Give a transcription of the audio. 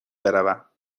بروم